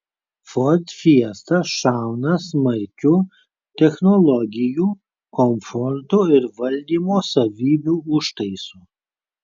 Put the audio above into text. ford fiesta šauna smarkiu technologijų komforto ir valdymo savybių užtaisu